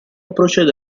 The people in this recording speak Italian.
procede